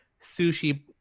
sushi